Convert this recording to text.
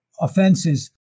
offenses